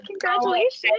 congratulations